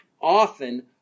often